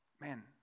Man